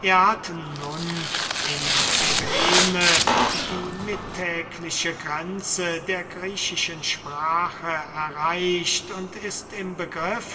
er hat nun in cyrene die mittägliche grenze der griechischen sprache erreicht und ist im begriff